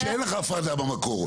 כשאין לך הפרדה במקור,